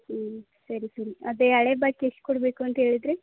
ಹ್ಞೂ ಸರಿ ಸರಿ ಅದೇ ಹಳೆ ಬಾಕಿ ಎಷ್ಟು ಕೊಡಬೇಕು ಅಂತ ಹೇಳಿದ್ರಿ